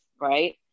right